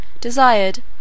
desired